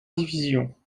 divisions